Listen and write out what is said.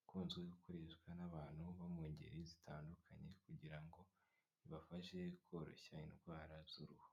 ikunzwe gukoreshwa n'abantu bo mu ngeri zitandukanye kugira ngo ibafashe koroshya indwara z'uruhu.